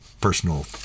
personal